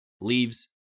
leaves